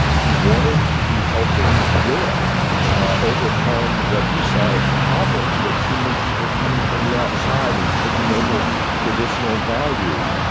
he wanted to be helping europe ah overcome what he saw as problems with too many people coming from the outside and taking over traditional values.